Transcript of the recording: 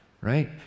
right